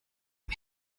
ihm